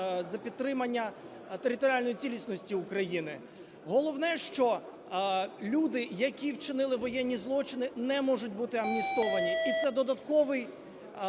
за підтримання територіальної цілісності України. Головне, що люди, які вчинили воєнні злочини, не можуть бути амністовані і це додаткова